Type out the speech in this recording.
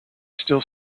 still